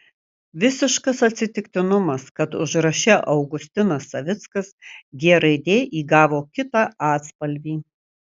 visiškas atsitiktinumas kad užraše augustinas savickas g raidė įgavo kitą atspalvį